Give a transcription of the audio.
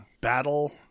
battle